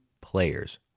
players